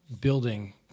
building